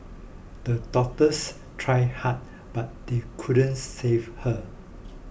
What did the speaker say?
the doctors tried hard but they couldn't save her